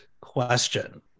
question